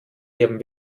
ihrem